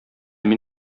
мин